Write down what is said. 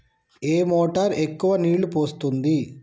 ఏ motor ఎక్కువ నీళ్లు పోస్తుంది?